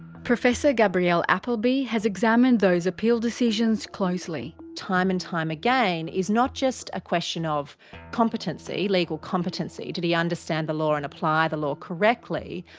professor gabrielle appleby has examined those appeal decisions closely. time and time again is not just a question of competency, legal competency. did he understand the law and apply the law correctly?